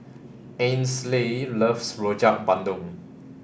Ainsley loves Rojak Bandung